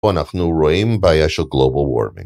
פה אנחנו רואים בעיה של Global Warming.